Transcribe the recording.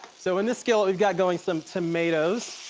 so in this skillet, we've got going some tomatoes,